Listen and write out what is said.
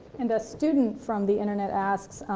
and a student from the internet asks,